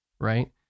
right